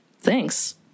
thanks